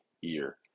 year